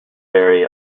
vary